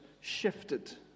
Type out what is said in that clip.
shifted